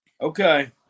Okay